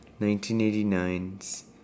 1989's